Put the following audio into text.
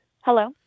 hello